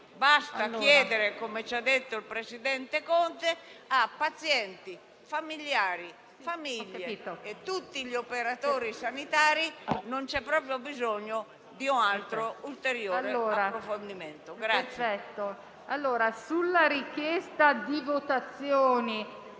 Basta chiedere, come ci ha detto il presidente Conte, a pazienti, familiari, famiglie e a tutti gli operatori sanitari. Non c'è proprio bisogno di un ulteriore approfondimento.